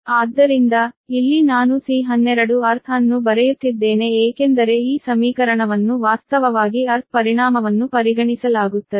ಆದ್ದರಿಂದ ಇಲ್ಲಿ ನಾನು C12 ಅರ್ಥ್ ಅನ್ನು ಬರೆಯುತ್ತಿದ್ದೇನೆ ಏಕೆಂದರೆ ಈ ಸಮೀಕರಣವನ್ನು ವಾಸ್ತವವಾಗಿ ಭೂಮಿಯ ಪರಿಣಾಮವನ್ನು ಪರಿಗಣಿಸಲಾಗುತ್ತದೆ